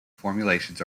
formulations